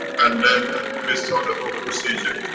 and then, we start the whole procedure.